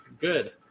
good